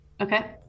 Okay